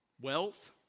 wealth